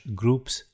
groups